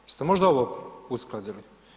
Jeste možda ovo uskladili?